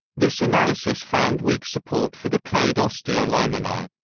this analysis found weak support for the clade osteolaeminae.